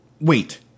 Wait